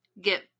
get